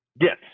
yes